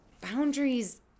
boundaries